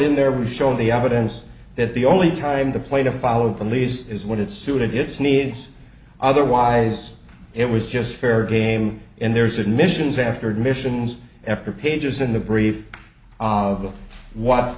in there we showed the evidence that the only time the play to follow the lease is what it suited its needs otherwise it was just fair game and there's admissions after admissions after pages in the brief of